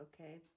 okay